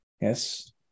Yes